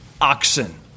Oxen